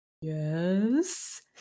yes